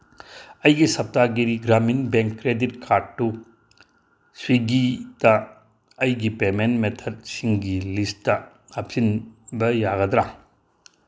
ꯑꯩꯒꯤ Saptagiri Grameen bank credit ꯀꯥꯔꯠꯇꯨ ꯁ꯭ꯋꯤꯒꯤꯗ ꯑꯩꯒꯤ ꯄꯦꯃꯦꯟ ꯃꯦꯊꯠꯁꯤꯡꯒꯤ ꯂꯤꯁꯇ ꯍꯥꯞꯆꯤꯟꯕ ꯌꯥꯒꯗ꯭ꯔꯥ